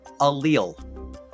allele